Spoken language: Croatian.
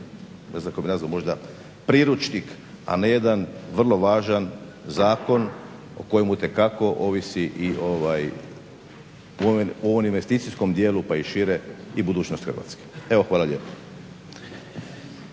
znam kako bi nazvao, možda priručnik, a ne jedan vrlo važan zakon o kojemu itekako ovisi i u ovom investicijskom dijelu pa i šire i budućnost Hrvatske. Evo, hvala lijepo.